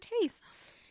tastes